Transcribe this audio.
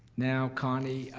now connie,